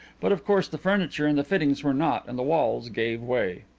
but of course the furniture and the fittings were not and the walls gave way.